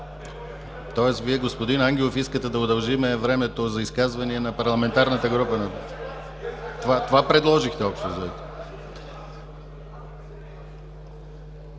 Тоест, Вие, господин Ангелов, искате да удължим времето за изказвания на Парламентарната група? Това предложихте общовзето.